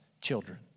children